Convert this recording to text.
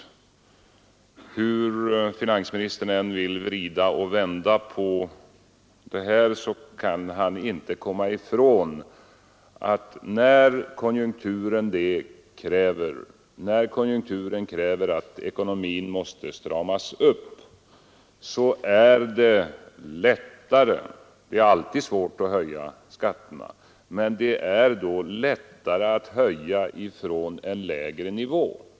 Hur finansministern än vill vrida och vända på det här kan han inte komma ifrån att när konjunkturen kräver att ekonomin stramas upp så är det lättare — det är alltid svårt att höja skatterna — att höja från en lägre nivå.